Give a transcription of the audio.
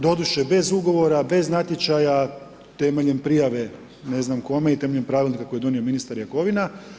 Doduše, bez ugovora, bez natječaja temeljem prijave ne znam kome i temeljem pravilnika koji je donio ministar Jakovina.